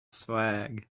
swag